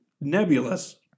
nebulous